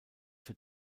für